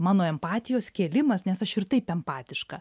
mano empatijos kėlimas nes aš ir taip empatiška